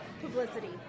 publicity